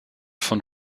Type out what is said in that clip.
von